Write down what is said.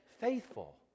faithful